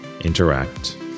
interact